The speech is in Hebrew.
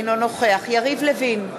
אינו נוכח יריב לוין,